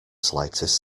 slightest